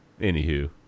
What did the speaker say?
Anywho